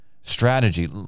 strategy